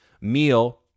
meal